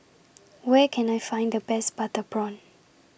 Where Can I Find The Best Butter Prawn